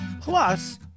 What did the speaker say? Plus